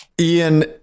Ian